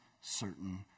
certain